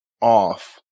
off